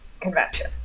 convention